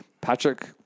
Patrick